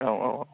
औ औ औ